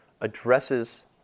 addresses